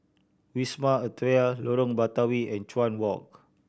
Wisma Atria Lorong Batawi and Chuan Walk